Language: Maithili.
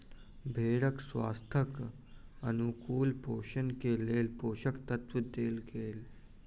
भेड़क स्वास्थ्यक अनुकूल पोषण के लेल पोषक तत्व देल गेल